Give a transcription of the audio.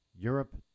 Europe